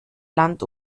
land